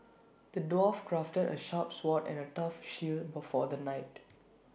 the dwarf crafted A sharp sword and A tough shield but for the knight